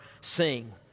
sing